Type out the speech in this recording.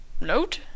note